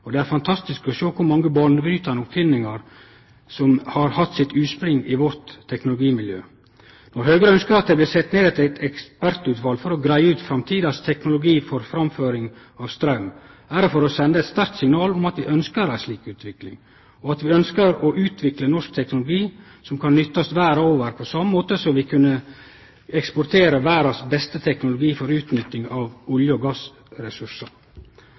og det er fantastisk å sjå kor mange banebrytande oppfinningar som har hatt sitt utspring i vårt teknologimiljø. Når Høgre ønskjer at det blir sett ned eit ekspertutval for å greie ut framtidas teknologi for framføring av straum, er det for å sende eit sterkt signal om at vi ønskjer ei slik utvikling, og at vi ønskjer å utvikle norsk teknologi som kan nyttast verda over, på same måten som vi har kunna eksportere verdas beste teknologi for utnytting av olje- og gassressursar.